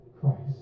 Christ